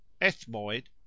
ethmoid